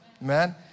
Man